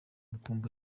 amukumbuye